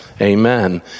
Amen